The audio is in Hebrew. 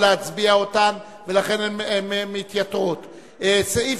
ורוברט אילטוב לסעיף